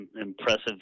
impressive